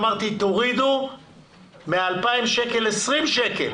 אמרתי: תורידו מה-2,000 שקל 20 שקל.